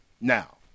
Now